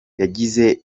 yagize